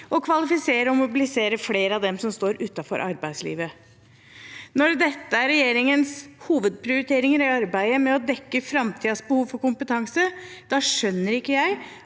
å kvalifisere og mobilisere flere av dem som står utenfor arbeidslivet. Når dette er regjeringens hovedprioriteringer i arbeidet med å dekke framtidens behov for kompetanse, skjønner ikke jeg